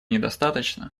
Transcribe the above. недостаточно